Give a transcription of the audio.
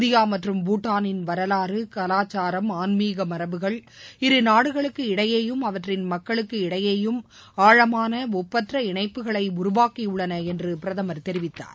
India மற்றும் பூட்டாளின் வரலாறு கலாச்சாரம் ஆன்மீக மரபுகள் இருநாடுகளுக்கு இடையேயும் அவற்றின் மக்களுக்கு இடையேயும் ஆழமான ஒப்பற்ற இணைப்புகளை உருவாக்கியுள்ளன என்று பிரதமர் தெரிவித்தார்